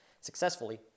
successfully